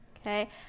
okay